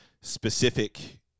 specific